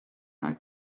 not